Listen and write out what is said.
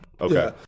okay